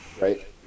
right